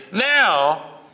now